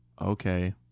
okay